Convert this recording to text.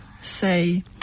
say